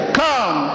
come